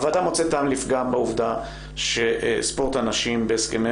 הוועדה מוצאת טעם לפגם בעובדה שספורט הנשים בהסכמי